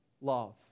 love